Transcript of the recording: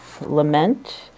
Lament